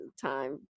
time